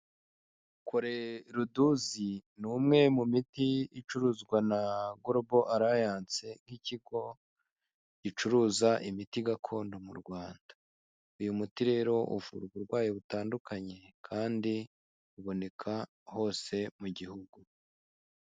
Choleduz ni umwe mu miti icuruzwa na Grobal alliance nk'ikigo gicuruza imiti gakondo mu Rwanda. Uyu muti rero uvura uburwayi butandukanye kandi uboneka hose mu gihugu.